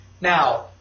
Now